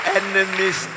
enemies